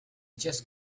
just